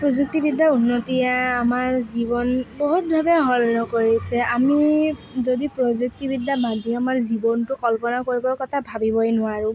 প্ৰযুক্তিবিদ্যাৰ উন্নতিয়ে আমাৰ জীৱন বহুতভাৱে সলনি কৰিছে আমি যদি প্ৰযুক্তিবিদ্যা বাদ দি আমাৰ জীৱনটো কল্পনা কৰিবৰ কথা ভাবিবই নোৱাৰোঁ